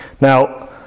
Now